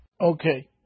Okay